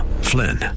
Flynn